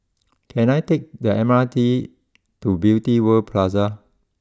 can I take the M R T to Beauty World Plaza